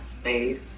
space